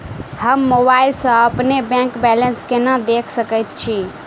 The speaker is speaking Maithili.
हम मोबाइल सा अपने बैंक बैलेंस केना देख सकैत छी?